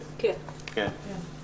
שר